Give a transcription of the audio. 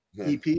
EP